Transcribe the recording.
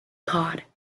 cod